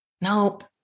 Nope